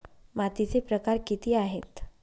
मातीचे प्रकार किती आहेत?